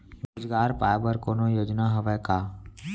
रोजगार पाए बर कोनो योजना हवय का?